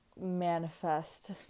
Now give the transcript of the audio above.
manifest